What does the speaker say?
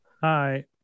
hi